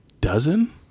dozen